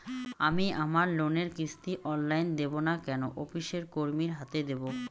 আমি আমার লোনের কিস্তি অনলাইন দেবো না কোনো অফিসের কর্মীর হাতে দেবো?